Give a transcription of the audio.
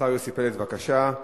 השר יוסי פלד, בבקשה.